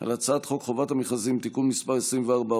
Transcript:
על הצעת חוק חובת המכרזים (תיקון מס' 24,